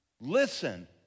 Listen